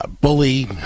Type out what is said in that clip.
bully